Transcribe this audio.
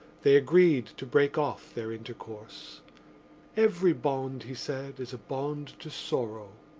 they agreed to break off their intercourse every bond, he said, is a bond to sorrow.